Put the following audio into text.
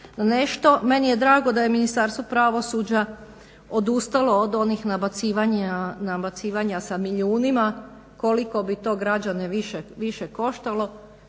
nešto. Meni je drago da je Ministarstvo pravosuđa odustalo od onih nabacivanja sa milijunima koliko bi to građane više koštalo,